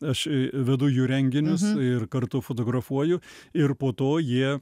aš vedu jų renginius ir kartu fotografuoju ir po to jie